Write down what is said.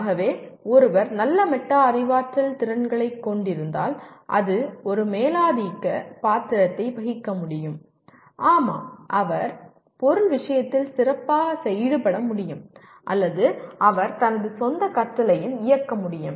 ஆகவே ஒருவர் நல்ல மெட்டா அறிவாற்றல் திறன்களைக் கொண்டிருந்தால் அது ஒரு மேலாதிக்கப் பாத்திரத்தை வகிக்க முடியும் ஆமாம் அவர் அவர் பொருள் விஷயத்தில் சிறப்பாக ஈடுபட முடியும் அல்லது அவர் தனது சொந்த கற்றலையும் இயக்க முடியும்